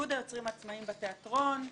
איגוד היוצרים העצמאיים בתיאטרון,